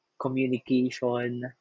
communication